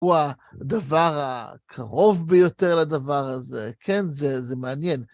הוא הדבר הקרוב ביותר לדבר הזה, כן, זה מעניין.